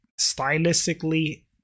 stylistically